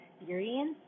experience